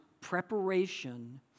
preparation